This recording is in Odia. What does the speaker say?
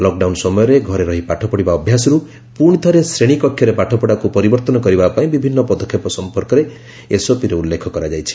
ଲକଡାଉନ ସମୟରେ ଘରେ ରହି ପାଠପଢ଼ିବା ଅଭ୍ୟାସରୁ ପୁଣି ଥରେ ଶ୍ରେଣୀ କକ୍ଷରେ ପାଠପଢ଼ାକୁ ପରିବର୍ତ୍ତନ କରିବା ପାଇଁ ବିଭିନ୍ନ ପଦକ୍ଷେପ ସଫପର୍କରେ ଏସଓପିରେ ଉଲ୍ଲେଖ କରାଯାଇଛି